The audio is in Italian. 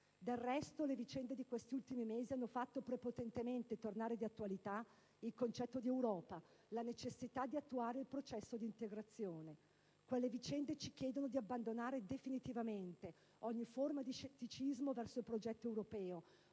Del resto, le vicende di questi ultimi mesi hanno fatto prepotentemente tornare di attualità il concetto di Europa, la necessità di attuare il processo di integrazione. Quelle vicende ci chiedono di abbandonare definitivamente ogni forma di scetticismo verso il progetto europeo,